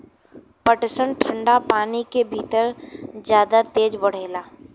पटसन ठंडा पानी के भितर जादा तेज बढ़ेला